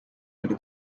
into